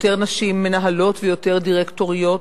יותר נשים מנהלות ויותר דירקטוריות,